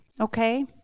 okay